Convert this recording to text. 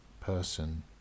person